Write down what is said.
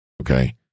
Okay